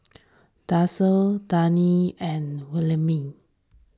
Darci Danna and Wilhelmina